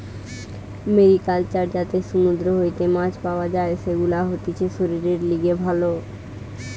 mariculture যাতে সমুদ্র হইতে মাছ পাওয়া যাই, সেগুলা হতিছে শরীরের লিগে ভালো